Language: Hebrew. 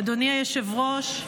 אדוני היושב-ראש,